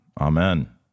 Amen